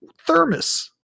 thermos